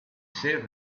save